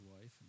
wife